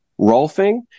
rolfing